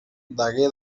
degué